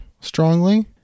strongly